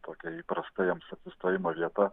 tokia įprasta jiems apsistojimo vieta